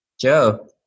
Joe